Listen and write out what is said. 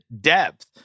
depth